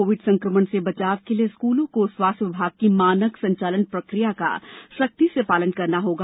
Covid संक्रमण से बचाव के लिए स्कूलों को स्वास्थ्य विभाग की मानक संचालन प्रक्रिया का सख्ती से पालन करना होगा